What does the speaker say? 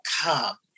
come